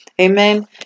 Amen